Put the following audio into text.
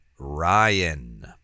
ryan